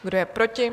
Kdo je proti?